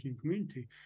community